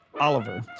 Oliver